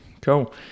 cool